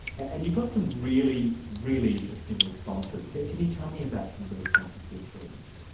and you got some really, really interesting responses. can can you tell me about some of the responses you received?